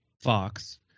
Fox